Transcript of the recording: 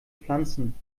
pflanzen